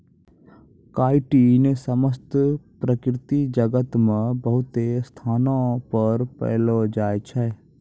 chitin समस्त प्रकृति जगत मे बहुते स्थानो पर पैलो जाय छै